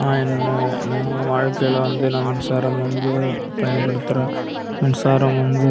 நான் என் நான் என் வாழ்க்கையில் வந்து நான் மின்சாரம் வந்து பயன்படுத்துறேன் மின்சாரம் வந்து